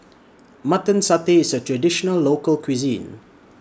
Mutton Satay IS A Traditional Local Cuisine